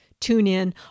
TuneIn